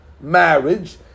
marriage